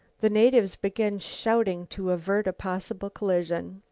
the natives began shouting to avert a possible collision.